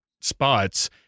spots